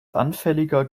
anfälliger